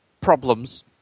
problems